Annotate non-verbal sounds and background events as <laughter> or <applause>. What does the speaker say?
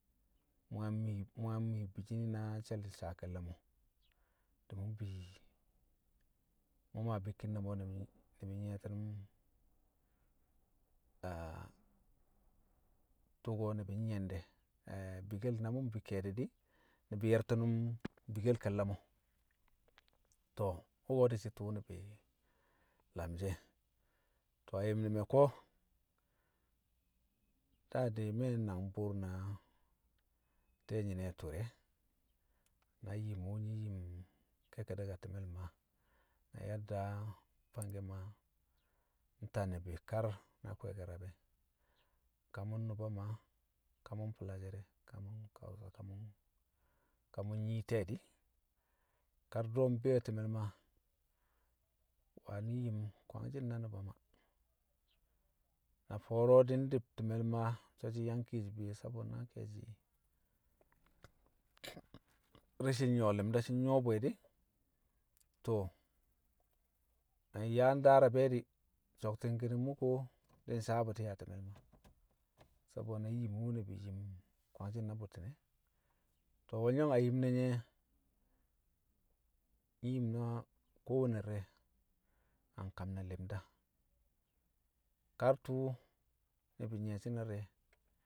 mu̱ a mwi̱i̱ mu̱ a mwi̱i̱ bi shi̱ na she̱l saa ke̱lle̱ mo̱, di̱ mṵ mbi, mṵ maa bikkin ne̱ mo̱ ni̱bi̱ nyi̱ye̱ti̱ nṵm <hesitation> tu̱ko̱ ni̱bi̱ nyi̱ye̱n de̱. <hesitation> bikkel na mu̱ mbi ke̱e̱di̱ di̱, ni̱bi̱ ye̱rti̱ nṵm bikkel ke̱lle̱ mo̱, to̱ wṵko̱ di̱shi̱ tṵṵ ni̱bi̱ lamshi̱ e̱. To̱ a yim ne̱ me̱ ko̱ da dai me̱ nangbu̱u̱r na ti̱ye̱ nyi̱ne̱ tu̱ri̱ e̱, na yim wṵ nyi̱ yim ke̱kke̱de̱k a ti̱me̱l Maa, na yadda fangki Maa nta ni̱bi̱ kar na kwe̱e̱ke̱ rab e̱. Ka mu̱ Nnṵba Maa, ka mṵ mfi̱lasare̱ ka mu̱ nkaṵsa, ka mṵn, ka mu̱ nyii te̱e̱ di̱, kar dṵro̱ mbi̱yo̱ ti̱me̱l Maa wani̱ yim kwangshi̱n na Nṵba Maa. Na fo̱o̱ro̱ di̱ ndi̱b ti̱me̱l Maa so̱ shi̱ nyang ke̱e̱shi̱ fiye sabo na ke̱e̱shi̱ <noise> reshin nyu̱wo̱ li̱mda shi̱ nyu̱wo̱ bṵ e̱ di̱, to̱, na nyaa ndaa rab e̱ di̱, so̱kti̱n ki̱di̱ng mṵ kuwo di̱ nsawe̱ bṵti̱ a ti̱me̱l Maa, sabo na yim wṵ ni̱bi̱ yim kwangshi̱n na bṵtti̱n e̱. To̱ wo̱lyo̱ng a yim ne̱ nye̱ nyi̱ yim na kowenne di̱re a nkam ne̱ li̱mda, kar tṵṵ ni̱bi̱ nyi̱ye̱shi̱ na di̱re̱